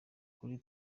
kuri